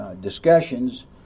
discussions